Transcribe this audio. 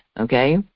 okay